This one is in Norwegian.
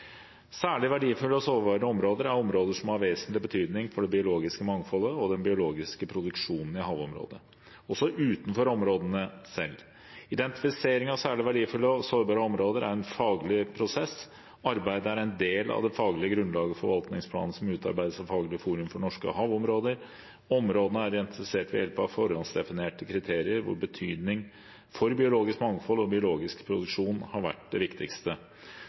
Særlig verdifulle og sårbare områder er områder som har vesentlig betydning for det biologiske mangfoldet og den biologiske produksjonen i havområdet, også utenfor områdene selv. Identifisering av særlig verdifulle og sårbare områder er en faglig prosess. Arbeidet er en del av det faglige grunnlaget for forvaltningsplanen som utarbeides av Faglig forum for norske havområder. Områdene er identifisert ved hjelp av forhåndsdefinerte kriterier hvor betydning for biologisk mangfold og biologisk produksjon har vært det viktigste.